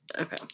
Okay